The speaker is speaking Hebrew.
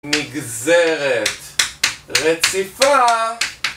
נגזרת רציפה